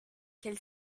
quel